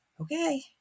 okay